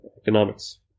economics